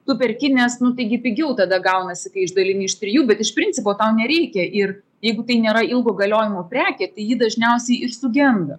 tu perki nes nu taigi pigiau tada gaunasi kai išdalini iš trijų bet iš principo tau nereikia ir jeigu tai nėra ilgo galiojimo prekė tai ji dažniausiai ir sugenda